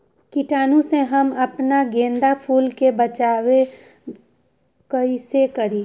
कीटाणु से हम अपना गेंदा फूल के बचाओ कई से करी?